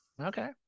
okay